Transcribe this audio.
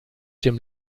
dem